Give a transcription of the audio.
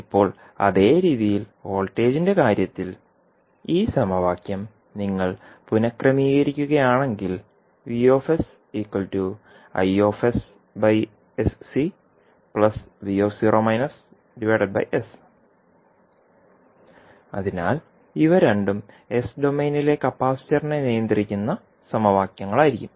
ഇപ്പോൾ അതേ രീതിയിൽ വോൾട്ടേജിന്റെ കാര്യത്തിൽ ഈ സമവാക്യം നിങ്ങൾ പുനക്രമീകരിക്കുകയാണെങ്കിൽ അതിനാൽ ഇവ രണ്ടും എസ് ഡൊമെയ്നിലെ കപ്പാസിറ്ററിനെ നിയന്ത്രിക്കുന്ന സമവാക്യങ്ങളായിരിക്കും